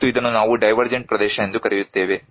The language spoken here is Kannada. ಮತ್ತು ಇದನ್ನು ನಾವು ಡೈವರ್ಜೆಂಟ್ ಪ್ರದೇಶ ಎಂದು ಕರೆಯುತ್ತೇವೆ